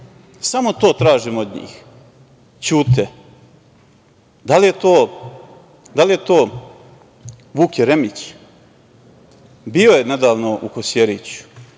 Samo to tražimo od njih. Ćute. Da li je to Vuk Jeremić?. Bio je nedavno u Kosjeriću,